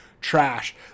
trash